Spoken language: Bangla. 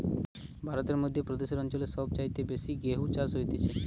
ভারতের মধ্য প্রদেশ অঞ্চল সব চাইতে বেশি গেহু চাষ হতিছে